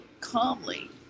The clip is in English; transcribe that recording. calmly